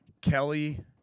Kelly